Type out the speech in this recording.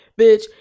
Bitch